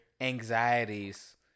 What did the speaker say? anxieties